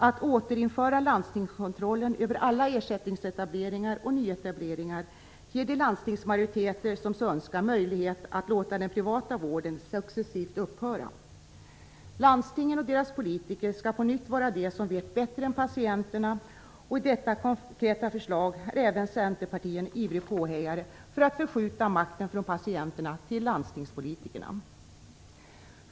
Att återinföra landstingskontrollen över alla ersättningsetableringar och nyetableringar ger de landstingsmajoriteter som så önskar möjlighet att låta den privata vården successivt upphöra. Landstingen och deras politiker skall på nytt vara de som vet bättre än patienterna. I detta konkreta förslag är även Centerpartiet en ivrig påhejare för att förskjuta makten från patienterna till landstingspolitikerna.